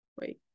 wait